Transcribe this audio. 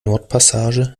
nordpassage